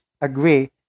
agree